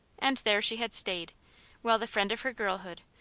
and there she had stayed while the friend of her girlhood,